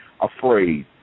afraid